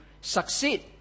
succeed